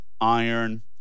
iron